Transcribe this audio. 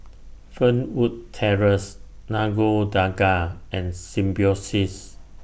Fernwood Terrace Nagore Dargah and Symbiosis